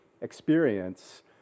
experience